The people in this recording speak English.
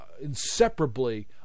inseparably